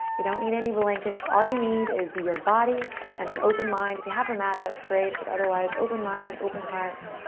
you don't need any blankets all you need is your body and an open mind. if you have a mat that's great, but otherwise, open mind, open heart.